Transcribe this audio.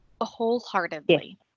Wholeheartedly